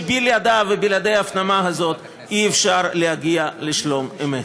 שבלעדיה ובלעדי ההפנמה הזאת אי-אפשר להגיע לשלום אמת.